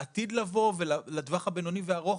לעתיד לבוא ולטווח הבינוני והארוך,